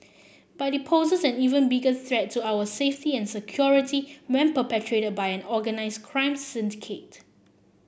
but it poses an even bigger threat to our safety and security when perpetrated by an organised crime syndicate